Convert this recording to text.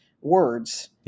words